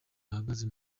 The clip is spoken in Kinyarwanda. ahagaze